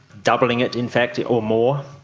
doubling it in fact or more.